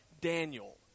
Daniel